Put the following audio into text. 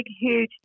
huge